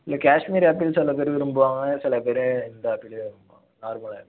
இல்லை காஷ்மீர் ஆப்பிள் சில பேர் விரும்புவாங்க சில பேர் இந்த ஆப்பிள் விரும்புவாங்க நார்மல் ஆப்பிள்